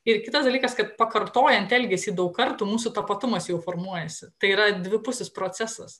ir kitas dalykas kad pakartojant elgesį daug kartų mūsų tapatumas jau formuojasi tai yra dvipusis procesas